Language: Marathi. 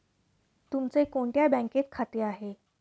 तुमचे कोणत्या बँकेत खाते आहे?